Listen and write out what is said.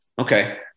Okay